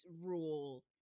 rule